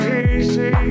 easy